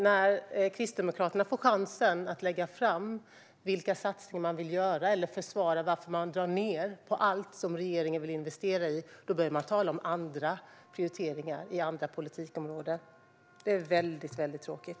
När Kristdemokraterna får chansen att lägga fram vilka satsningar de vill göra, eller försvara varför de vill dra ned på allt som regeringen vill investera i, börjar de tala om andra prioriteringar på andra politikområden. Det är väldigt tråkigt.